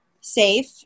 safe